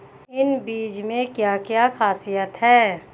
इन बीज में क्या क्या ख़ासियत है?